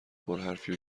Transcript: پرحرفی